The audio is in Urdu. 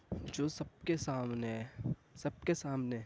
جو سب کے سامنے ہے سب کے سامنے